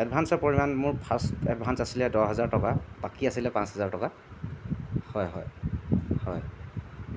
এডভাঞ্চৰ পৰিমাণ মোৰ first advance আছিলে দহ হেজাৰ টকা বাকী আছিলে পাঁচ হেজাৰ টকা হয় হয় হয়